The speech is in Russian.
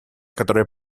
которые